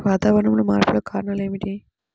వాతావరణంలో మార్పులకు కారణాలు ఏమిటి?